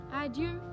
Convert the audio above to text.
adieu